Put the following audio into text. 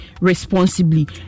responsibly